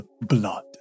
blood